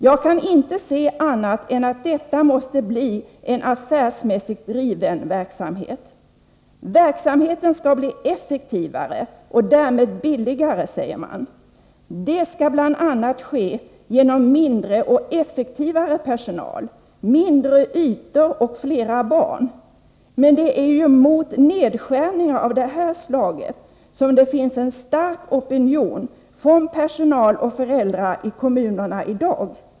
Jag kan inte se annat än att detta måste bli en affärsmässigt driven verksamhet. Verksamheten skall bli effektivare och därmed billigare, säger man. Det skall bl.a. ske genom mindre och effektivare personal, mindre ytor och fler barn. Men det är ju mot nedskärningar av det här slaget som det finns en stark opinion från personal och föräldrar i kommunerna i dag.